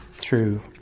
true